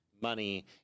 money